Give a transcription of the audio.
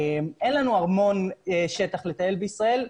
אין לנו המון שטח לטייל בישראל,